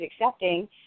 accepting